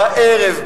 בערב,